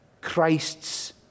Christ's